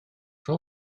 rho